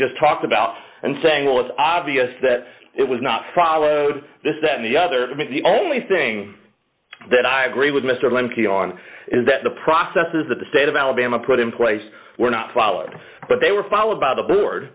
just talked about and saying well it's obvious that it was not followed this that the other the only thing that i agree with mr lemke on is that the processes that the state of alabama put in place were not followed but they were followed by the board